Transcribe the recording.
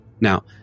Now